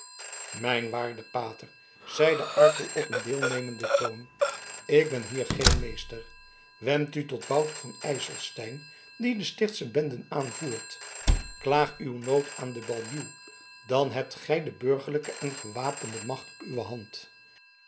mijn waarde pater zeide arkel op een deelnemenden toon ik ben hier geen meester wend u tot wouter van ijselstein die de stichtsche benden aanvoert klaag uw nood aan den baljuw dan hebt gij de burgerlijke en de gewapende macht op uwe hand